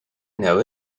know